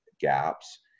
gaps